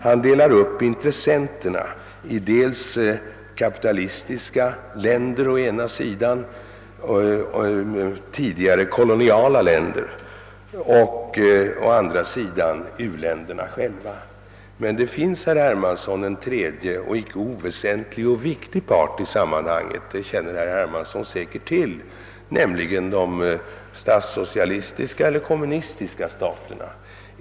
Han delade upp intressenterna mellan å ena sidan kapitalistiska länder — tidigare kolonialländer — och å andra sidan u-länderna själva. Men det finns, herr Hermansson, en tredje och i sammanhanget icke oväsentlig part. Det känner herr Hermansson säkert till. Jag avser de statssocialistiska eller kommunistiska staterna.